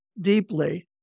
deeply